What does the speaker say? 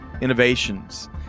innovations